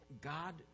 God